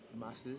masses